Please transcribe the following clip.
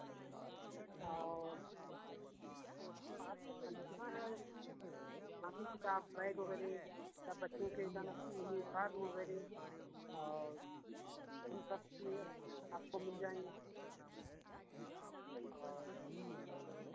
और आपको खरीदना है कॉपी किताब बैग वगैरह या बच्चों के युनीफॉर्म वगैरह और इन सबके लिए आपको मिल जाएँगे और